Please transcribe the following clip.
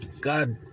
god